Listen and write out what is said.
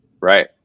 Right